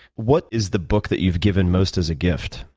what is the book that you've given most as a gift?